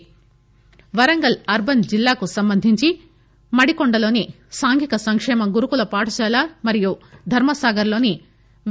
Warangal Warangal urban జిల్లాకు సంబంధించి మడికోండలోని సాంఘిక సంక్షేమ గురుకుల పాఠశాల మరియు ధర్మ సాగర్ లోని వి